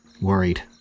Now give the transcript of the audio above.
worried